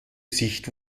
sicht